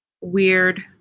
weird